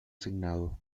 asignado